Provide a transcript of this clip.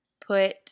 put